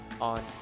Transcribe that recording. on